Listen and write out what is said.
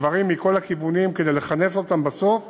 דברים מכל הכיוונים כדי לכנס אותם בסוף